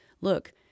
Look